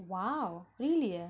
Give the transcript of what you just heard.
!wow! really